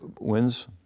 wins